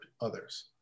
others